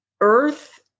Earth